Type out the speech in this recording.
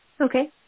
Okay